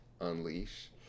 unleash